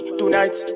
tonight